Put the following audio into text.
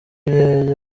urebye